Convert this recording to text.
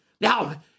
Now